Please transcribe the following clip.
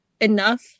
enough